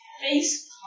Face